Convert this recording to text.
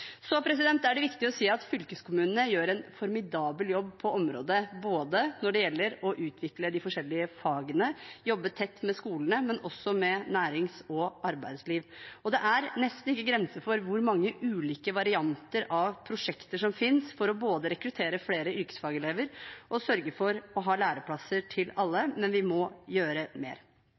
Så er det viktig å si at fylkeskommunene gjør en formidabel jobb på området når det gjelder å utvikle de forskjellige fagene og jobbe tett med skolene og med nærings- og arbeidsliv. Det er nesten ikke grenser for hvor mange ulike varianter av prosjekter som finnes for både å rekruttere flere yrkesfagelever og sørge for å ha læreplasser til alle. Men vi må gjøre mer.